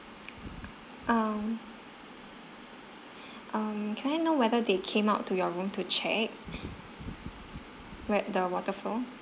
um um can I know whether they came out to your room to check where the water from